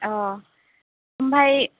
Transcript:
अ' ओमफ्राय